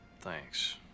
Thanks